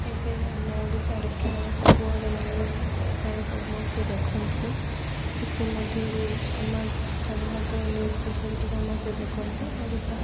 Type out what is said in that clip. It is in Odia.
ଏବେ ଆମ ଓଡ଼ିଶାରେ ପ୍ରାୟ ସବୁଆଡ଼େ ନ୍ୟୁଜ ପାଇଁ ସମସ୍ତେ ଦେଖନ୍ତି ସେଥିମଧ୍ୟରୁ ସମ୍ବାଦ ନ୍ୟୁଜ୍ ପେପରକୁ ସମସ୍ତେ ଦେଖନ୍ତି ଓଡ଼ିଶା